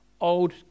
Old